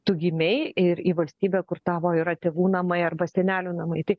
tu gimei ir į valstybę kur tavo yra tėvų namai arba senelių namai tai